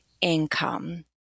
income